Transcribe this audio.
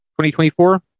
2024